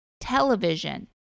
television